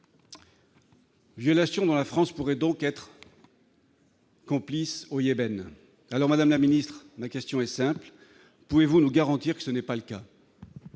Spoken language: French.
Violation dont la France pourrait donc être. Complices au Yémen, alors Madame la Ministre, ma question est simple : pouvez-vous nous garantir que ce n'est pas le cas.